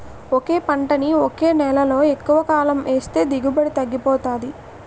ఒకే పంటని ఒకే నేలలో ఎక్కువకాలం ఏస్తే దిగుబడి తగ్గిపోతాది